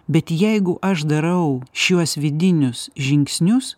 bet jeigu aš darau šiuos vidinius žingsnius